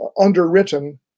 underwritten